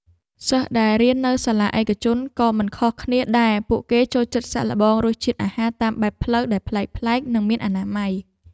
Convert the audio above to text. សិស្សដែលរៀននៅសាលាឯកជនក៏មិនខុសគ្នាដែរពួកគេចូលចិត្តសាកល្បងរសជាតិអាហារតាមផ្លូវដែលប្លែកៗនិងមានអនាម័យ។